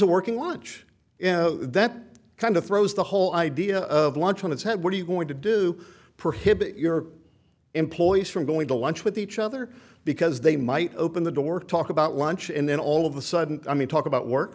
a working lunch you know that kind of throws the whole idea of lunch on its head what are you going to do prohibit your employees from going to lunch with each other because they might open the door talk about lunch and then all of a sudden i mean talk about work